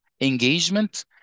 engagement